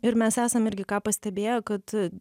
ir mes esam irgi ką pastebėję kad